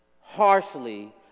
harshly